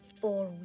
Four